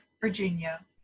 Virginia